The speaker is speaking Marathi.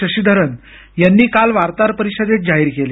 शशिधरन यांनी काल वार्ताहर परिषदेत जाहीर केले